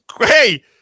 hey